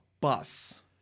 bus